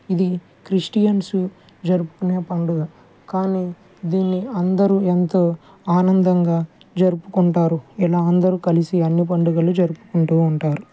ఇది క్రిస్టియన్స్ జరుపుకునే పండుగ కానీ దీన్ని అందరూ ఎంతో ఆనందంగా జరుపుకుంటారు ఇలా అందరూ కలిసి అన్ని పండుగలు జరుపుకుంటూ ఉంటారు